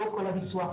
לא כל הביצוע,